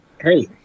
hey